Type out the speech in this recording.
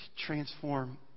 transform